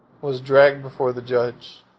was dragged before the judge.